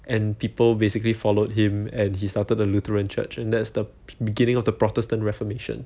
and people basically followed him and he started the lutheran church and that's the beginning of the protestant reformation